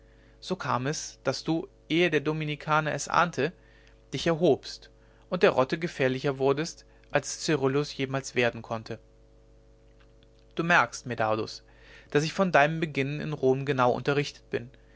so kam es daß du ehe der dominikaner es ahnte dich erhobst und der rotte gefährlicher wurdest als es cyrillus jemals werden konnte du merkst medardus daß ich von deinem beginnen in rom genau unterrichtet bin